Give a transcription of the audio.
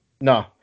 No